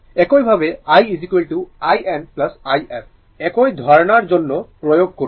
একইভাবে i in i f একই ধারণার জন্য প্রযোজ্য করুন